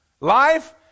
Life